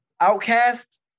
outcast